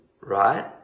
right